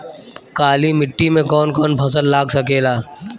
काली मिट्टी मे कौन कौन फसल लाग सकेला?